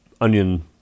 onion